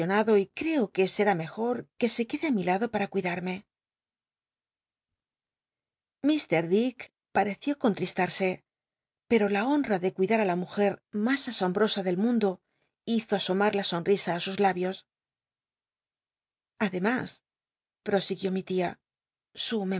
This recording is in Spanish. y creo que ser i mejo que se quede á mi lado para cuidarme mr dick patcció contrista pero la homa de cuidar á la mujm mas asombrosa del inundo hizo asomar la sonrisa á sus labios ademas prosiguió mi tia